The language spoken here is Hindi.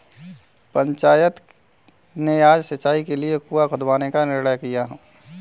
पंचायत ने आज सिंचाई के लिए कुआं खुदवाने का निर्णय लिया है